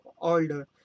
older